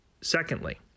Secondly